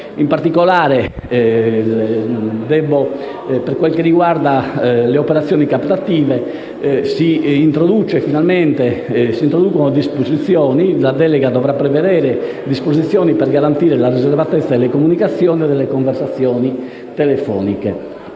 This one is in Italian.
In particolare, per quanto riguarda le operazioni captative, la delega dovrà prevedere disposizioni per garantire la riservatezza delle comunicazioni e delle conversazioni telefoniche